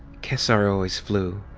kesar always flew.